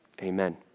Amen